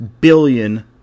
billion